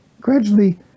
gradually